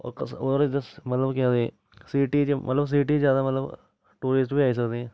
होर इद्धर मतलब के आखदे सिटी च मतलब सिटी च ज्यादा मतलब टूरिस्ट बी आई सकदे